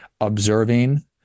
observing